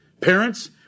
Parents